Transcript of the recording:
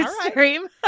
stream